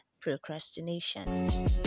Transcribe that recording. procrastination